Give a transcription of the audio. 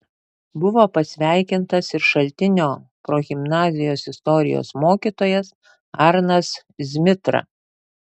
buvo pasveikintas ir šaltinio progimnazijos istorijos mokytojas arnas zmitra